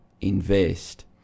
invest